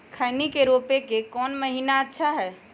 खैनी के रोप के कौन महीना अच्छा है?